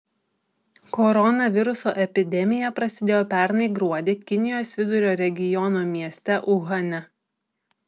koronaviruso epidemija prasidėjo pernai gruodį kinijos vidurio regiono mieste uhane